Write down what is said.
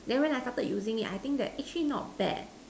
then when I started using it I think that actually not bad